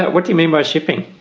what do you mean by shipping?